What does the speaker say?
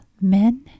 men